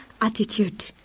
attitude